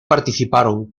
participaron